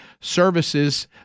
services